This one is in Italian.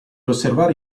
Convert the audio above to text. osservare